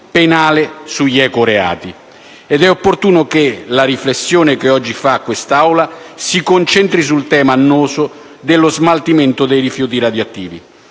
penale sugli ecoreati. È inoltre opportuno che la riflessione che oggi fa questa Assemblea si concentri sul tema annoso dello smaltimento dei rifiuti radioattivi.